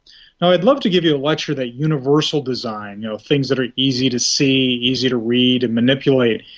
now i'd love to give you a lecture that universal design, you know things that are easy to see, easy to read, and manipulate,